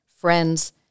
friends